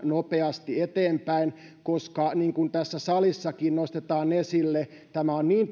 nopeasti eteenpäin koska niin kuin tässä salissakin nostetaan esille tämä on niin